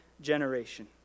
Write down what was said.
generation